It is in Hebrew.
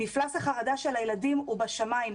מפלס החרדה של הילדים הוא בשמיים.